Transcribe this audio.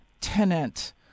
tenant